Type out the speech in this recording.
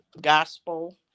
gospel